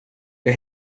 jag